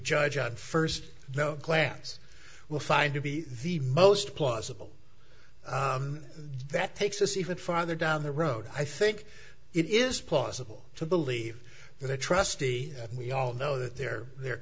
judge at first glance will find to be the most plausible that takes us even farther down the road i think it is plausible to believe that the trustee and we all know that they're the